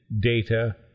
Data